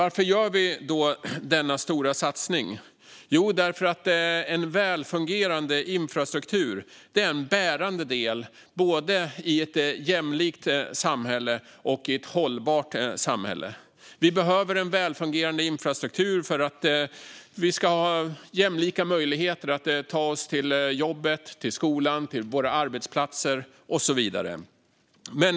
Varför gör vi denna stora satsning? Jo, för att en välfungerande infrastruktur är en bärande del i ett jämlikt och hållbart samhälle. Vi behöver en välfungerande infrastruktur för att ha jämlika möjligheter att ta oss till jobb, skola och så vidare.